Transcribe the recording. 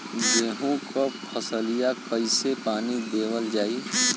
गेहूँक फसलिया कईसे पानी देवल जाई?